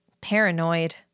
Paranoid